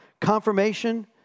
Confirmation